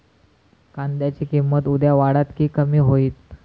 कांद्याची किंमत उद्या वाढात की कमी होईत?